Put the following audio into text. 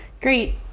great